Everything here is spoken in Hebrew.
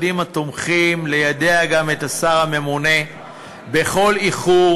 גם את השר הממונה בכל איחור,